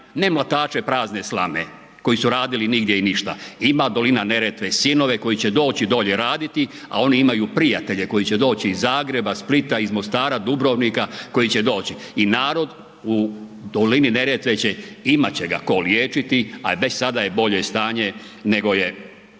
ne mlatače prazne slame koji su radili nigdje i ništa, ima dolina Neretve sinove koji će doći dolje raditi, a oni imaju prijatelje koji će doći iz Zagreba, Splita, iz Mostara, Dubrovnika koji će doći i narod u dolini Neretve će, imat će ga tko liječiti, a već sada je bolje stanje nego je,